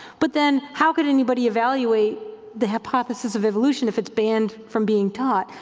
but then how could anybody evaluate the hypothesis of evolution if it's banned from being taught?